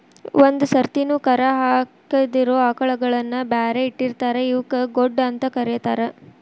ಒಂದ್ ಸರ್ತಿನು ಕರಾ ಹಾಕಿದಿರೋ ಆಕಳಗಳನ್ನ ಬ್ಯಾರೆ ಇಟ್ಟಿರ್ತಾರ ಇವಕ್ಕ್ ಗೊಡ್ಡ ಅಂತ ಕರೇತಾರ